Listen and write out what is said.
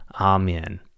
Amen